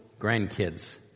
grandkids